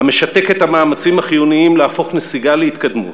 המשתק את המאמצים החיוניים להפוך נסיגה להתקדמות.